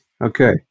Okay